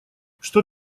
что